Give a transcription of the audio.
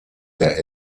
der